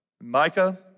Micah